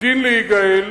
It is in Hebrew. "עתידין להיגאל"